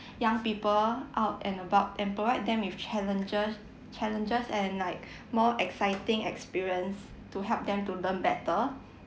young people out and about and provide them with challenges challenges and like more exciting experience to help them to learn better